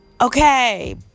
Okay